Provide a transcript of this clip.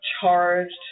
Charged